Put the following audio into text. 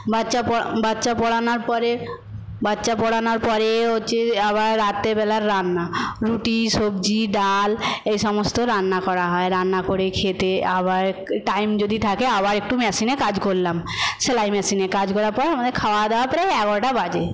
বাচ্চা প পড়ানোর পরে বাচ্চা পড়ানোর পরে হচ্ছে আবার রাত্রের বেলার রান্না রুটি সবজি ডাল এ সমস্ত রান্না করা হয় রান্না করে খেতে আবার টাইম যদি থাকে আবার একটু মেশিনে কাজ করলাম সেলাই মেশিনে কাজ করার পর আমাদের খাওয়া দাওয়া প্রায় এগারোটা বাজে